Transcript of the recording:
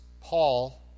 Paul